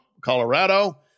Colorado